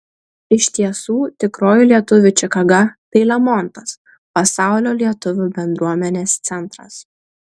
iš tiesų tikroji lietuvių čikaga tai lemontas pasaulio lietuvių bendruomenės centras